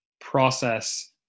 process